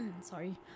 Sorry